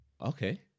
Okay